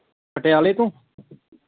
ਪਟਿਆਲੇ ਤੋਂ